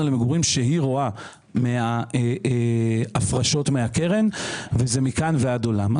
למגורים שהיא רואה מההפרשות מהקרן וזה מכאן ועד עולם.